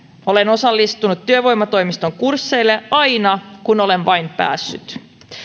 olen osallistunut työvoimatoimiston kursseille aina kun olen vain päässyt